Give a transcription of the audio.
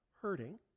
hurting